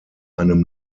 einem